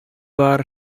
бар